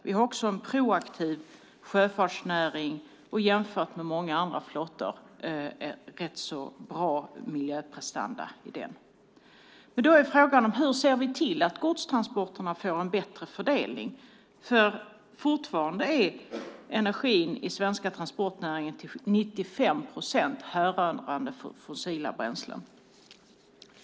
Vi har också en proaktiv sjöfartsnäring med rätt bra miljöprestanda jämfört med många andra länders flottor. Då är frågan: Hur ser vi till att godstransporterna får en bättre fördelning? Fortfarande är energin i den svenska transportnäringen till 95 procent härrörande från fossila bränslen.